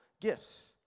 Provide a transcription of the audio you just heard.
gifts